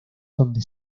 donde